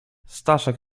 staszek